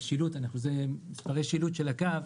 זה מספרי שילוט של הקו.